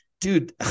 dude